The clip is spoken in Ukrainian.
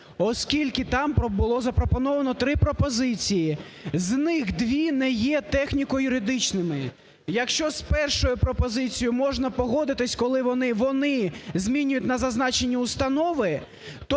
оскільки там було запропоновано три пропозиції. З них дві не є техніко-юридичними. Якщо з першою пропозицією можна погодитись, коли вони змінюють на зазначені установи,